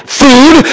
food